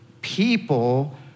people